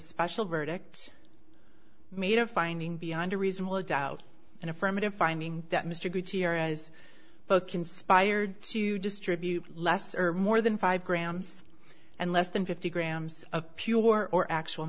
special verdict made a finding beyond a reasonable doubt an affirmative finding that mr gutierrez both conspired to distribute less or more than five grams and less than fifty grams of pure or actual